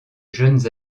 jeunes